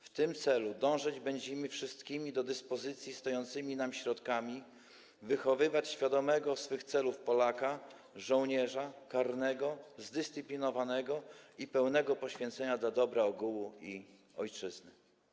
W tym celu dążyć będziemy wszystkimi do dyspozycji stojącymi nam środkami, wychowywać świadomego swych celów Polaka - żołnierza, karnego, zdyscyplinowanego i pełnego poświęcenia dla dobra ogółu i ojczyzny.